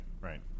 right